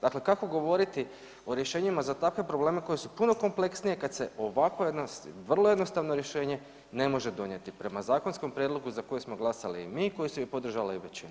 Dakle, kako govoriti o rješenjima za takve probleme koji su puno kompleksniji kad se ovako jedno vrlo jednostavno rješenje ne može donijeti prema zakonskom prijedlogu za koji smo glasali i mi koji su i podržala i većina.